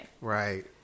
Right